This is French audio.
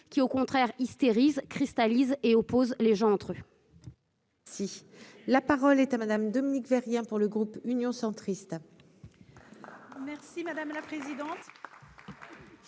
qui au contraire hystérise cristallise et oppose les gens entre eux. Si la parole est à Madame Dominique, j'ai rien pour le groupe Union centriste. Merci madame la présidente.